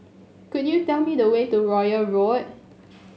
could you tell me the way to Royal Road